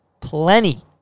plenty